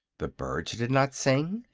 the birds did not sing,